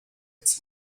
its